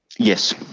Yes